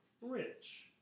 rich